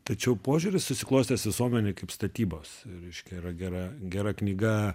tačiau požiūris susiklostęs visuomenėj kaip statybos reiškia ir gera gera knyga